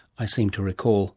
i seem to recall